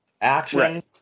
Action